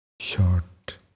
short